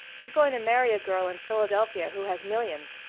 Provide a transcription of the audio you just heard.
he's going to marry a girl in philadelphia who has millions,